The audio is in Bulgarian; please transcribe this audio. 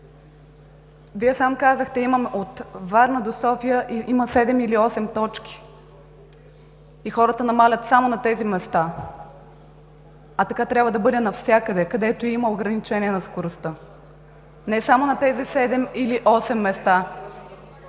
Вие сам казахте, че от Варна до София има седем или осем точки, и хората намаляват само на тези места. Така трябва да бъде навсякъде, където има ограничение на скоростта, а не само на тези седем или осем места.